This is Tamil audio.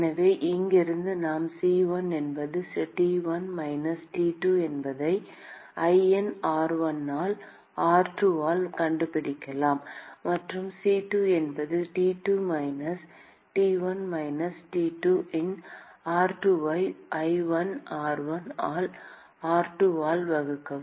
எனவே இங்கிருந்து நாம் C1 என்பது T1 மைனஸ் T2 என்பதை ln r1 ஆல் r2 ஆல் கண்டுபிடிக்கலாம் மற்றும் C2 என்பது T2 minus T1 minus T2 ln r2 ஐ ln r1 ஆல் r2 ஆல் வகுக்கவும்